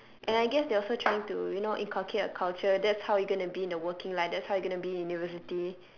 and I guess they're also trying to you know inculcate a culture that's how you're gonna be in the working life that's how you're gonna be in university